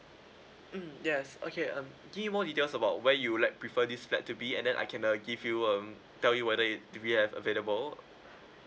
mm yes okay um give me more details about where you'd like prefer this flat to be and then I can uh give you um tell you whether it if we have available